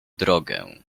drogę